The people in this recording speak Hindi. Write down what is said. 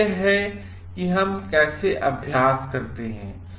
तो यह है कि हम इसे कैसे अभ्यास करते हैं